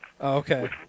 okay